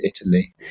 Italy